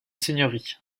seigneurie